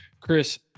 chris